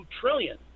trillion